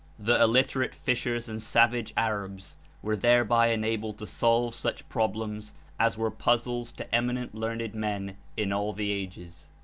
the illiterate fishers and savage arabs were thereby enabled to solve such problems as were puzzles to eminent learned men in all the ages.